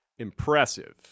impressive